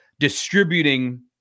Distributing